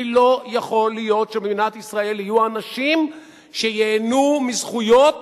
כי לא יכול להיות שבמדינת ישראל יהיו אנשים שייהנו מזכויות